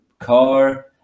car